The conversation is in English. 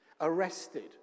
arrested